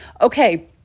Okay